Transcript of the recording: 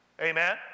Amen